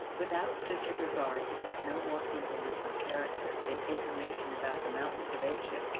without such a regard, it has no more influence on character than information about the mountains of asia